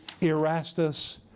Erastus